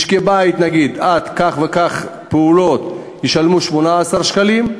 משקי-בית, נניח, עד כך וכך פעולות ישלמו 18 שקלים,